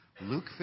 Luke